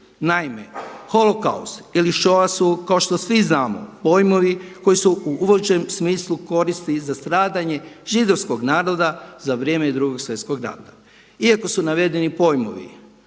Naime, „holokaust“ ili …/Govornik se ne razumije./… kao što svi znamo pojmovi koji se u većem smislu koristi i za stradanje Židovskog naroda za vrijeme Drugog svjetskog rata. Iako se navedeni pojmovi